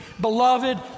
Beloved